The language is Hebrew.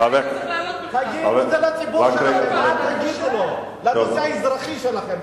שוב אתה מתקפל, לנושא האזרחי שלכם.